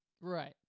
right